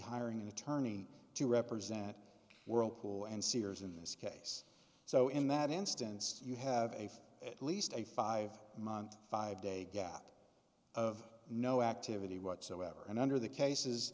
hiring an attorney to represent that whirlpool and sears in this case so in that instance you have a at least a five month five day gap of no activity whatsoever and under the cases